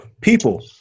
People